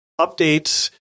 updates